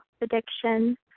addiction